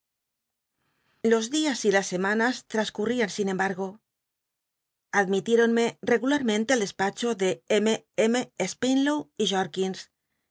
los dias y las semana trascurl'ian sin embargo admitiéronme regularmente al despacho de spenlow y